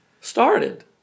started